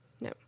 No